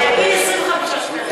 נגיד 25 שקלים.